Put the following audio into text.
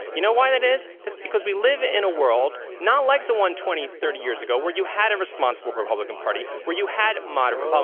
you know why that is? it's because we live in a world not like the one twenty, thirty years ago, where you had a responsible republican party, where you had moderate